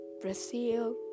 Brazil